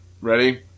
Ready